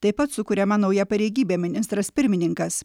taip pat sukuriama nauja pareigybė ministras pirmininkas